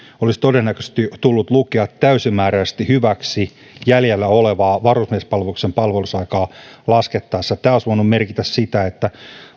olisi todennäköisesti tullut lukea täysimääräisesti hyväksi jäljellä olevaa varusmiespalveluksen palvelusaikaa laskettaessa tämä olisi voinut merkitä sitä että